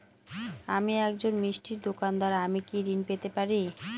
আমি একজন মিষ্টির দোকাদার আমি কি ঋণ পেতে পারি?